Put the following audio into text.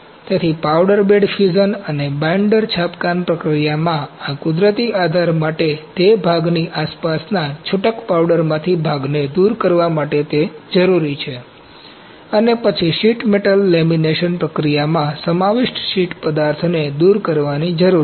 તેથી powder bed fusion અને binder છાપકામ પ્રક્રિયામાં આ કુદરતી આધાર માટે તે ભાગની આસપાસના છૂટક પાવડરમાંથી ભાગને દૂર કરવા માટે જરૂરી છે અને પછી શીટ મેટલ લેમિનેશન પ્રક્રિયામાં સમાવિષ્ટ શીટ પદાર્થને દૂર કરવાની જરૂર છે